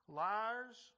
liars